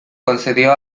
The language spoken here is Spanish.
concedió